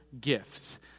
gifts